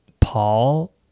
Paul